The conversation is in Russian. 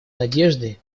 надежды